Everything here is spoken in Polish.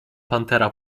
pantera